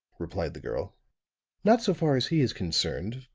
replied the girl not so far as he is concerned.